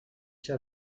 ser